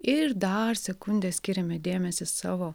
ir dar sekundę skiriame dėmesį savo